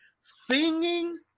singing